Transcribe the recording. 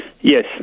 yes